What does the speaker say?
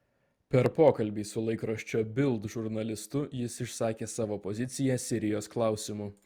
per pokalbį su laikraščio bild žurnalistu jis išsakė savo poziciją sirijos klausimu